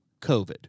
COVID